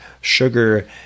sugar